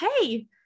Hey